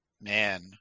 Man